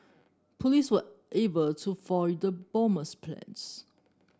police were able to foil the bomber's plans